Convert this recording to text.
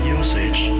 usage